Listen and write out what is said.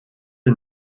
est